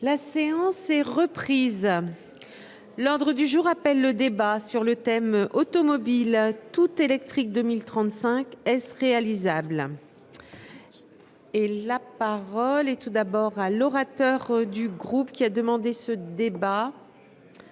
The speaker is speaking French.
La séance est reprise. L'ordre du jour appelle le débat sur le thème automobile tout électrique 2035 est réalisable. Et la parole et tout d'abord à l'orateur du groupe, qui a demandé ce débat.